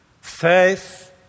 faith